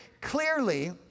clearly